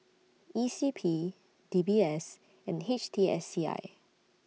E C P D B S and H T S C I